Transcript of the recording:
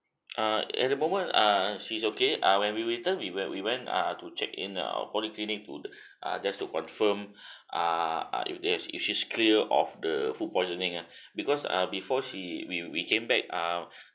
uh at the moment err she's okay uh when we return we were we went uh to check in uh polyclinic to uh just to confirm are are that if she's clear of the food poisoning ah because uh before she we we came back err